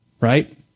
right